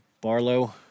Barlow